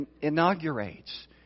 inaugurates